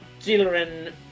children